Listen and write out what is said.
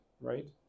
right